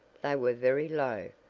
they were very low,